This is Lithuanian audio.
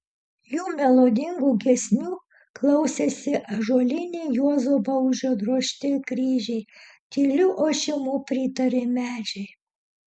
jų melodingų giesmių klausėsi ąžuoliniai juozo baužio drožti kryžiai tyliu ošimu pritarė medžiai